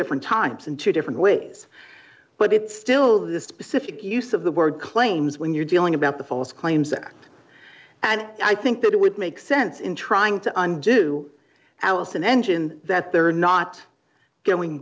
different times in two different ways but it's still the specific use of the word claims when you're dealing about the false claims act and i think that it would make sense in trying to undo allison engine that they're not going